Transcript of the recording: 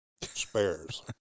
spares